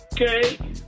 okay